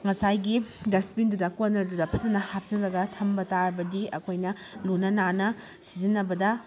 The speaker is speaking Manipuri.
ꯉꯁꯥꯏꯒꯤ ꯗꯁꯕꯤꯟꯗꯨꯗ ꯀꯣꯅꯔꯗꯨꯗ ꯐꯖꯅ ꯍꯥꯞꯆꯤꯜꯂꯒ ꯊꯝꯕ ꯇꯥꯔꯕꯗꯤ ꯑꯩꯈꯣꯏꯅ ꯂꯨꯅ ꯅꯥꯟꯅ ꯁꯤꯖꯤꯟꯅꯕꯗ